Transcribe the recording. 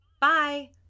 bye –